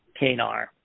KNR